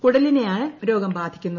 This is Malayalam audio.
കുടലിനെയാണ് രോഗം ബാധിക്കുന്നത്